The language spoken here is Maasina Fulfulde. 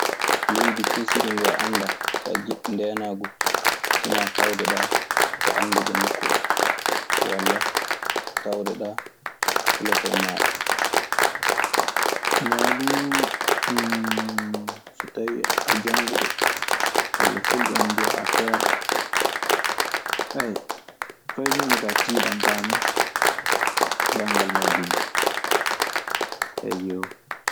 Leydi kesiri ndi a anndaa. So a jiɗɗo ndeenaangu sinaa tawdeɗaa e annduɓe nokku oo walla tawreɗaa telefon maaɗa. Maa duu so tawii a jannguɗo. Walla fulɓe ana mbiya a peerɗo, fay huunde kaa tiiɗantaama banngal majjun ka. Eyyoo.